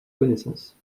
connaissances